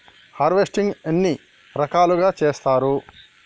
Harvesting ఎన్ని రకాలుగా చేస్తరు?